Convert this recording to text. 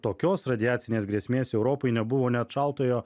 tokios radiacinės grėsmės europai nebuvo net šaltojo